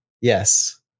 Yes